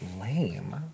lame